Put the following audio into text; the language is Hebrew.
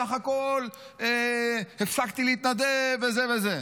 בסך הכול הפסקתי להתנדב, וזה וזה.